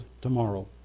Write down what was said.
tomorrow